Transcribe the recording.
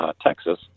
Texas